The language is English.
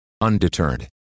Undeterred